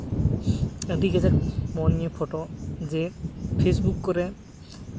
ᱟᱹᱰᱤ ᱠᱟᱡᱟᱠ ᱢᱚᱱ ᱱᱤᱭᱮ ᱯᱷᱳᱴᱚ ᱡᱮ ᱯᱷᱮᱥᱵᱩᱠ ᱠᱚᱨᱮ